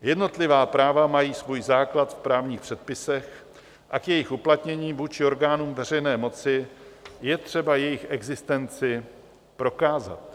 Jednotlivá práva mají svůj základ v právních předpisech a k jejich uplatnění vůči orgánům veřejné moci je třeba jejich existenci prokázat.